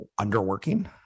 underworking